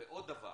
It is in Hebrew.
ועוד דבר